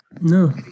No